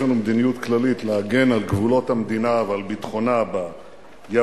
יש לנו מדיניות כללית להגן על גבולות המדינה ועל ביטחונה ביבשה,